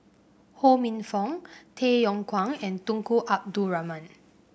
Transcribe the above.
Ho Minfong Tay Yong Kwang and Tunku Abdul Rahman